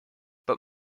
but